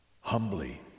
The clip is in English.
humbly